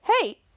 Hey